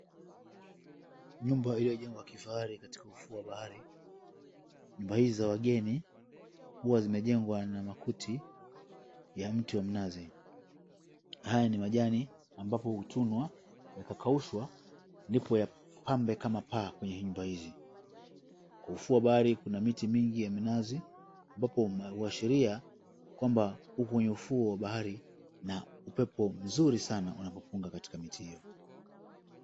Nyumba iliyojengwa kifahari katika ufuu wa bahari, nyumba hizi za wageni huwa zimejengwa na makuti ya mti wa mnazi. Haya ni majani ambapo hutunwa yakakaushwa ndipo yapambe kama paa kwenye nyumba hizi. Kwa ufuo wa bahari kuna miti mingi ya minazi ambapo huashiria kwamba huku kwenye ufuu wa bahari kuna upepo mzuri sana unapopunga katika miti hiyo.